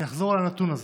אני אחזור על הנתון הזה: